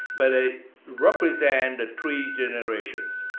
but they represent the three generations.